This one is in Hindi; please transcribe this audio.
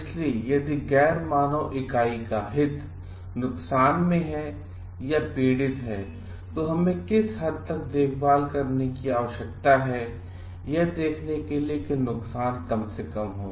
इसलिए यदि गैर मानव इकाई का हित नुकसान में है पीड़ित है तो हमें किस हद तक देखभाल करने की आवश्यकता है यह देखने के लिए कि नुकसान कम से कम हो